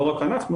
לא רק אנחנו,